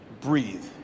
breathe